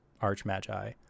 arch-magi